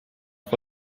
for